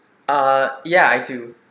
uh ya I do